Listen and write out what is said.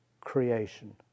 creation